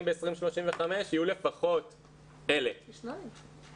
ב-2035 יהיו לפחות 1,000. פי שניים.